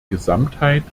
gesamtheit